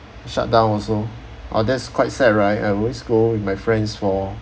shut down also oh that's quite sad right I always go with my friends for